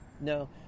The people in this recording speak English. No